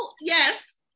yes